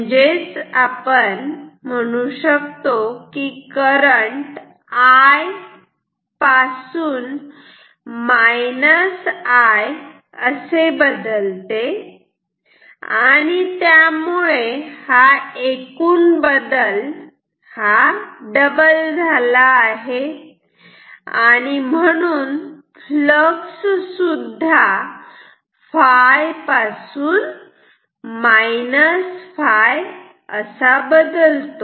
म्हणजेच current I पासून असे बदलते आणि त्यामुळे एकूण बदल हा डबल झाला आहे आणि म्हणून फ्लक्स सुद्धा ∅ to ∅ बदलतो